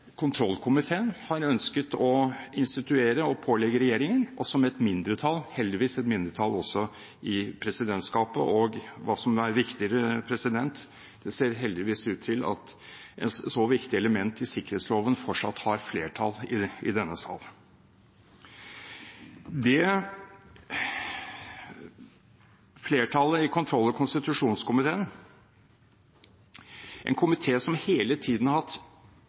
kontrollkomiteen har ønsket å instituere og pålegge regjeringen. Det er heldigvis et mindretall i presidentskapet, og – hva som er viktigere – det ser heldigvis ut til at et så viktig element i sikkerhetsloven fortsatt har flertall i denne sal. Det flertallet i kontroll- og konstitusjonskomiteen da vil gjøre – en komité som hele tiden har hatt